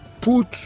put